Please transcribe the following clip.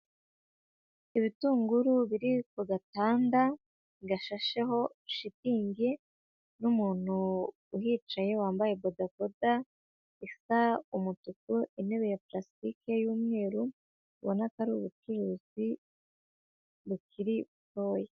Ibitunguru biri ku gatanda gashasheho shitingi, n'umuntu uhicaye wambaye bodaboda isa umutuku, intebe ya parasitike y'umweru, ubona ko ari ubucuruzi bukiri butoya.